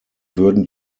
würden